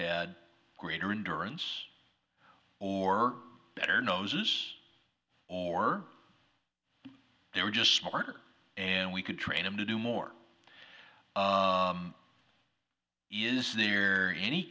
had greater in durance or better noses or they were just smarter and we could train them to do more is there any